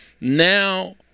now –